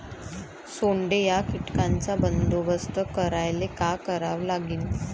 सोंडे या कीटकांचा बंदोबस्त करायले का करावं लागीन?